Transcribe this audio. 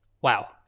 Wow